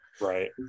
Right